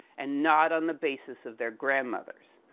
and, not on the basis of their grandmothers.